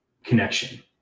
connection